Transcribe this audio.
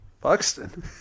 Buxton